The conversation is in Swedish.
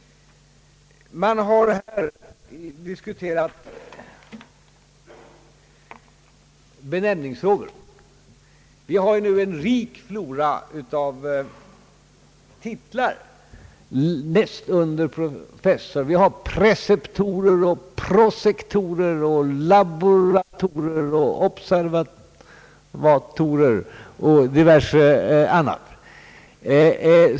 Här har också diskuterats benämningsfrågor. Vi har nu en rik flora av titlar närmast under professorstiteln: preceptorer, prosektorer, laboratorer, observatorer och diverse andra titlar.